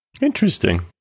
interesting